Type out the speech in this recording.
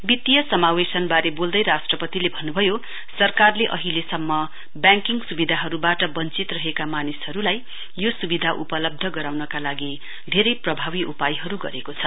वित्तीय समावेशतवारे बोल्दै राष्ट्रिपतिले भन्न्भयो सरकारले अहिलेसम्म ब्याङ्किङ स्विधाहरुबाट बम्चित रहेको मानिसहरुलाई सुविधा उपलब्ध गराउनका लागि धेरै प्रभावी उपायहरु गरेको छ